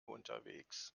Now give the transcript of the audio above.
unterwegs